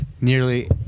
nearly